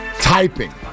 typing